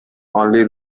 only